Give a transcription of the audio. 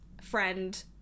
friend